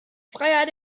freier